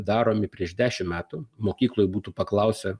daromi prieš dešimt metų mokykloje būtų paklausę